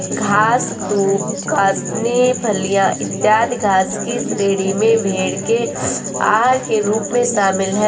घास, दूब, कासनी, फलियाँ, इत्यादि घास की श्रेणी में भेंड़ के आहार के रूप में शामिल है